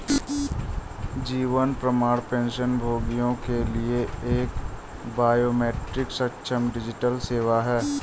जीवन प्रमाण पेंशनभोगियों के लिए एक बायोमेट्रिक सक्षम डिजिटल सेवा है